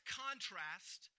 contrast